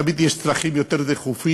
תמיד יש צרכים יותר דחופים,